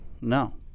No